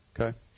Okay